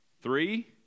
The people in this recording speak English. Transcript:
Three